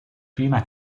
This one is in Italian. prima